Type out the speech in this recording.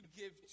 give